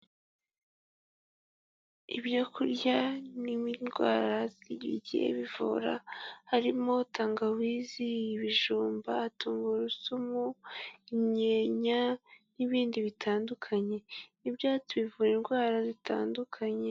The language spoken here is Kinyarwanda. Ibyo kurya n'indwara bigiye bivura harimo tangawizi, ibijumba, tungurusumu, imyenya n'ibindi bitandukanye, ibyatsi bivura indwara zitandukanye.